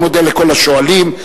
אני מודה לכל השואלים.